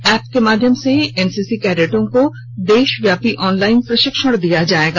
app के माध्यम से एनसीसी कैडटों को देशव्यापी ऑनलाइन प्रशिक्षण दिया जाएगा